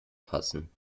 passen